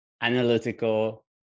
analytical